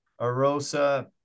Arosa